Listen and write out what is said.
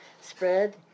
spread